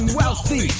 wealthy